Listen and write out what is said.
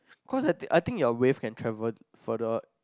cause that I think your wave can travel further